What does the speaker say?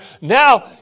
now